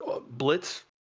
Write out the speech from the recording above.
Blitz